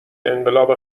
انقلاب